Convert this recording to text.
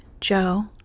Joe